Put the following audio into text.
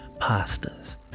pastas